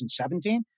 2017